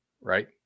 right